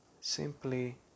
simply